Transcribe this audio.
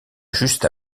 juste